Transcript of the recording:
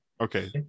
Okay